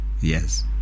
Yes